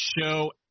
show